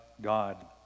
God